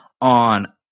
on